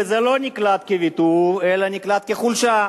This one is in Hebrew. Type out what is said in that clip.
וזה לא נקלט כוויתור אלא נקלט כחולשה.